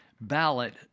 ballot